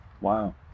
Wow